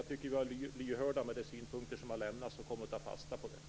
Jag tycker att vi har varit lyhörda för de synpunkter som har lämnats och kommer att ta fasta på det.